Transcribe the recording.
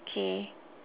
okay